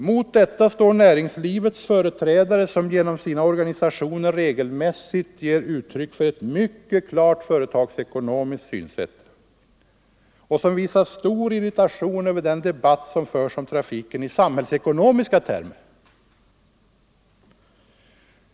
Mot detta står näringslivets företrädare, som genom sina organisationer regelmässigt ger uttryck för ett mycket klart företagsekonomiskt synsätt och som visar stor irritation över den debatt som förs om trafiken i samhällsekonomiska termer.